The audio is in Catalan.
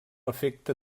afecta